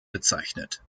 bezeichnet